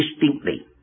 distinctly